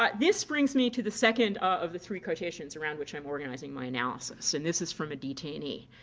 ah this brings me to the second of the three quotations around which i'm organizing my analysis, and this is from a detainee.